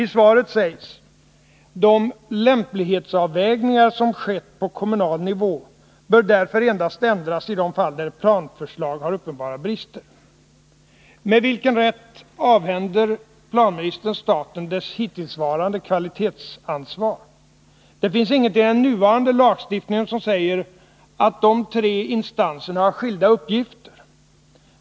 I svaret sägs: ”De lämplighetsavvägningar som skett på kommunal nivå bör därför endast ändras i de fall där ett planförslag har uppenbara brister.” Med vilken rätt avhänder planministern staten dess hittillsvarande kvalitetsansvar? Det finns ingenting i den nuvarande lagstiftningen som säger att de tre instanserna har skilda uppgifter.